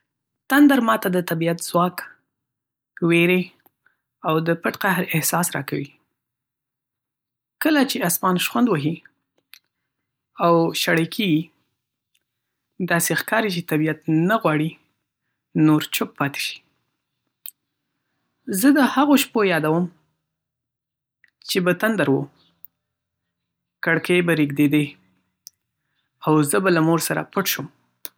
تندر ما ته د طبیعت ځواک، وېرې، او د پټ قهر احساس راکوي. کله چې آسمان شخوند وهي، او شړۍ کېږي، داسې ښکاري چې طبیعت نه غواړي نور چوپ پاتې شي. زه د هغو شپو یادوم چې به تندر و، کړکۍ به رېږدېدې، او زه به له مور سره پټ شوم.